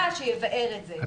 שיבאר את זה.